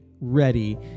ready